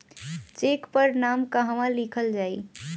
Check पर नाम कहवा लिखल जाइ?